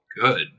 good